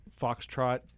Foxtrot